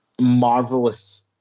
marvelous